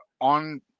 on –